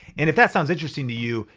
and if that sounds interesting to you,